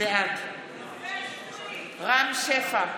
בעד רם שפע,